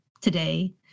today